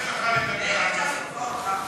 לך לדבר על מס החברות?